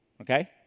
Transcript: Okay